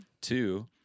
Two